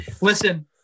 listen